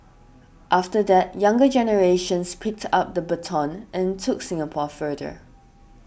after that younger generations picked up the baton and took Singapore further